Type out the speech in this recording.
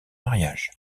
mariage